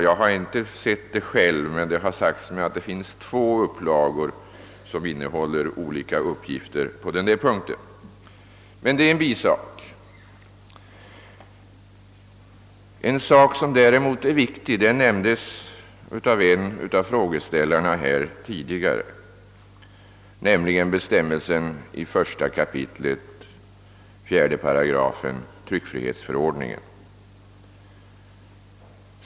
Jag har själv inte kunnat konstatera det, men det har sagts mig att det finns två upplagor som innehåller olika uppgifter på ifrågavarande punkt. Detta är emellertid en bisak. En annan sak är däremot viktig. En av frågeställarna berörde tidigare bestämmelsen i 1 kap. 4 8 tryckfrihetsförordningen.